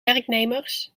werknemers